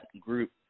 group